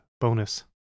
bonus